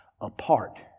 apart